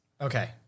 Okay